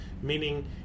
meaning